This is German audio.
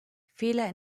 fehler